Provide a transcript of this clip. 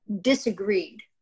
disagreed